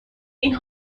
این